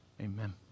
Amen